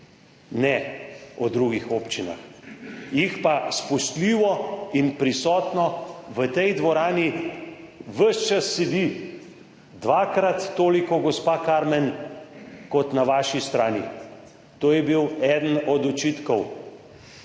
ne o drugih občinah. Jih pa spoštljivo in prisotno v tej dvorani ves čas sedi dvakrat toliko, gospa Karmen, kot na vaši strani. To je bil eden od očitkov.